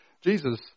Jesus